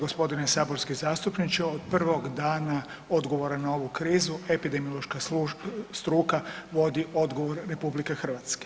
Poštovani gospodine saborski zastupniče od prvog dana odgovora na ovu krizu epidemiološka struka vodi odgovor RH.